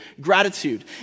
gratitude